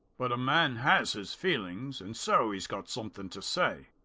but a man has his feelings and so he's got somethin' to say.